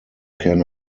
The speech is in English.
can